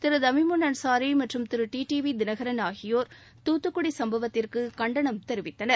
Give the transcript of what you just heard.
திருதமிமுன் அன்சாரி மற்றும் திரு டிடிவி தினகரன் ஆகியோர் தூத்துக்குடி சம்பவத்திற்கு கண்டனம் தெரிவித்தனர்